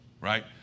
right